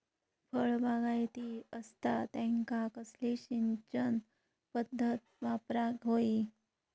फळबागायती असता त्यांका कसली सिंचन पदधत वापराक होई?